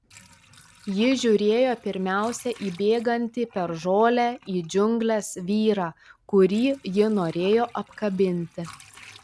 ji žiūrėjo pirmiausia į bėgantį per žolę į džiungles vyrą kurį ji norėjo apkabinti